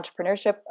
entrepreneurship